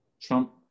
Trump